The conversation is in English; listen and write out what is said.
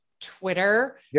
Twitter